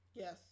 Yes